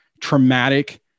traumatic